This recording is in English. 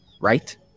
right